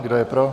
Kdo je pro?